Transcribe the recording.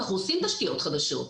אנחנו עושים תשתיות חדשות.